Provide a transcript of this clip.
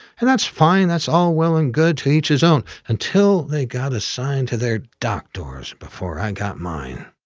and that's fine, that's all well and good to each his own until they got assigned to their dock doors before i got mine.